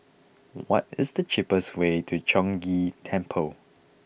what is the cheapest way to Chong Ghee Temple